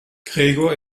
gregor